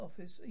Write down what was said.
office